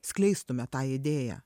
skleistume tą idėją